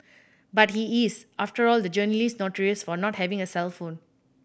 but he is after all the journalist notorious for not having a cellphone